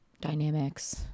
dynamics